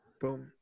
boom